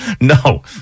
No